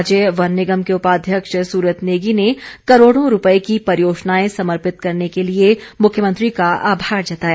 राज्य वन निगम के उपाध्यक्ष सुरत नेगी ने करोड़ों रुपये की परियोजनाएं समर्पित करने के लिए मुख्यमंत्री का आभार जताया